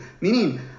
Meaning